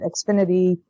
Xfinity